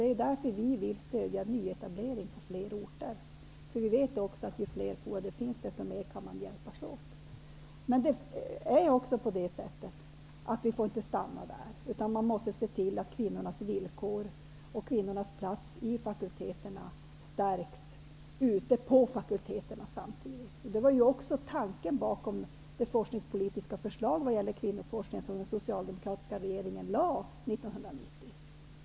Det är därför som vi vill stödja nyetablering på flera orter, för vi vet att ju fler forum det finns, desto mer kan man hjälpas åt. Men det får inte stanna där, utan vi måste se till att kvinnornas villkor och kvinnornas plats i fakulteterna stärks. Det var också tanken bakom det forskningspolitiska förslag vad gäller kvinnoforskning som den socialdemokratiska regeringen lade fram 1990.